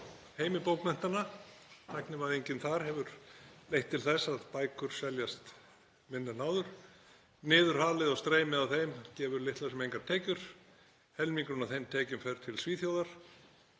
heimi bókmenntanna, tæknivæðingin þar hefur leitt til þess að bækur seljast minna en áður. Niðurhalið og streymið á þeim gefur litlar sem engar tekjur, helmingurinn af þeim tekjum fer til Svíþjóðar.